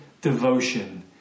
devotion